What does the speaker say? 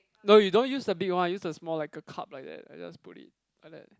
no you don't use the big one use the small like a cup like that I just put it like that